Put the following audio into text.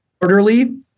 quarterly